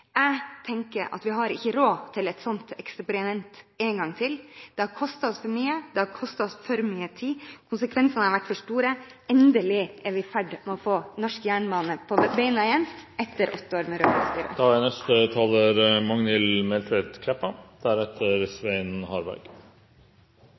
Jeg tenker at vi har ikke råd til et sånt eksperiment en gang til. Det har kostet oss for mye, det har kostet oss for mye tid, konsekvensene har vært for store – endelig er vi i ferd med å få norsk jernbane på beina igjen etter åtte år med